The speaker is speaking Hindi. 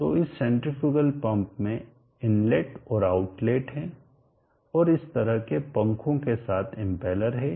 तो इस सेन्ट्रीफ्यूगल पंप में इनलेट और आउटलेट है और यह इस तरह के पंखों के साथ इम्पेलर है